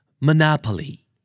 Monopoly